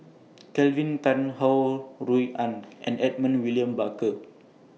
Kelvin Tan Ho Rui An and Edmund William Barker